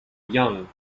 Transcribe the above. young